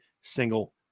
single